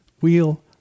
wheel